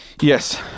Yes